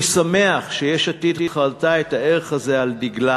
אני שמח שיש עתיד חרתה את הערך הזה על דגלה